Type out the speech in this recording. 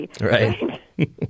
right